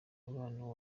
umubano